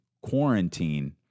quarantine